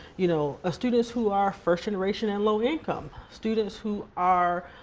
you know ah students who are first-generation and low income. students who are